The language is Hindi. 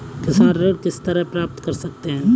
किसान ऋण किस तरह प्राप्त कर सकते हैं?